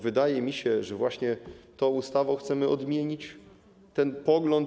Wydaje mi się, że właśnie tą ustawą chcemy odmienić ten pogląd.